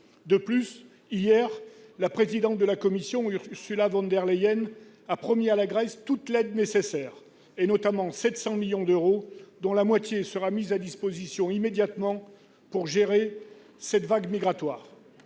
De plus, la présidente de la Commission, Mme Ursula von der Leyen, a promis hier à la Grèce « toute l'aide nécessaire », notamment une enveloppe de 700 millions d'euros, dont la moitié sera mise à disposition immédiatement pour gérer cette vague migratoire.